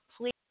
please